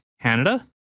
Canada